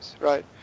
right